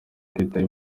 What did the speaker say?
kwitaba